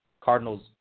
Cardinals